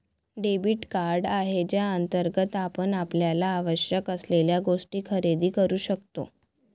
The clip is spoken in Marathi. डेबिट कार्ड आहे ज्याअंतर्गत आपण आपल्याला आवश्यक असलेल्या गोष्टी खरेदी करू शकतो